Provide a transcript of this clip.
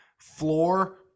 Floor